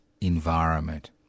environment